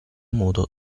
modo